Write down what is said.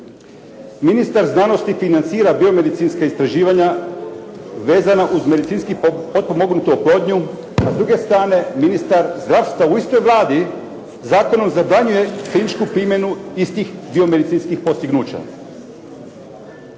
Ministar znanosti financira biomedicinska istraživanja vezana uz medicinski potpomognutu oplodnju, a s druge strane ministar zdravstva u istoj Vladi zakonom zabranjuje kliničku primjenu istih biomedicinskih postignuća.